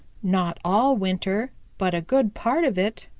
not all winter, but a good part of it,